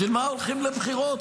בשביל מה הולכים לבחירות,